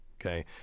Okay